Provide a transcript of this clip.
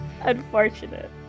Unfortunate